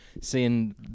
seeing